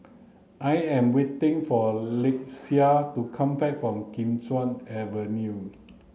I am waiting for Lakeshia to come back from Kim Chuan Avenue